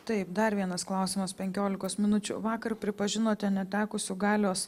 taip dar vienas klausimas penkiolikos minučių vakar pripažinote netekusiu galios